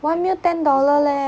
one meal ten dollar leh